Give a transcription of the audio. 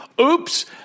oops